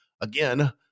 Again